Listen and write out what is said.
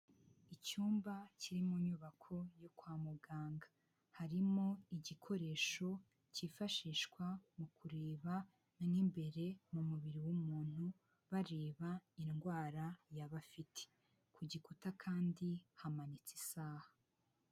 Icyumba kiri mu nyubako yo kwa muganga, harimo igikoresho cyifashishwa mu kureba nk'imbere mu mubiri w'umuntu, bareba indwara yaba afite, ku gikuta kandi hamanitse isaha.